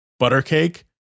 buttercake